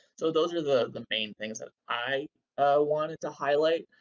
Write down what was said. so those are the the main things that i wanted to highlight.